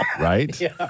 Right